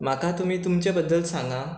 म्हाका तुमी तुमचे बद्दल सांगात